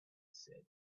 said